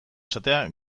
esatea